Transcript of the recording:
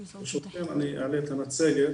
ברשותכם אני יעלה את המצגת.